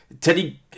Teddy